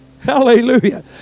Hallelujah